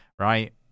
right